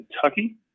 Kentucky